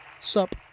Sup